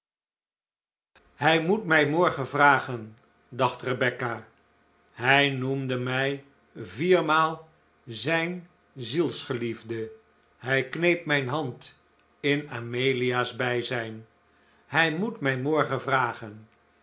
hij moet mij morgen vragen dacht rebecca hij noemde mij viermaal zijn zielsgeliefde hij kneep mijn hand in amelia's bijzijn hij moet mij morgen vragen